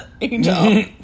Angel